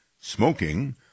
smoking